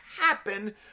happen